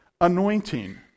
anointing